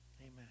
Amen